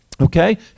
Okay